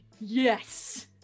yes